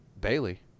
Bailey